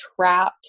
trapped